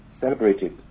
celebrated